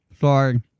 sorry